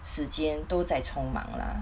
时间都在匆忙 lah